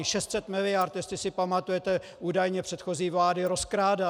600 mld., jestli si pamatujete, údajně předchozí vlády rozkrádaly.